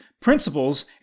principles